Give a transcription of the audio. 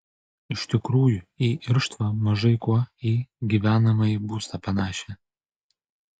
iš tikrųjų į irštvą mažai kuo į gyvenamąjį būstą panašią